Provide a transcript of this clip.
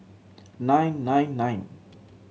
nine nine nine